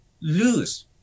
lose